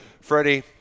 Freddie